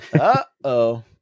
Uh-oh